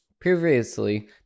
Previously